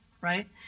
right